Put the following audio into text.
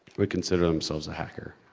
would consider themselves a hacker?